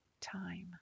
time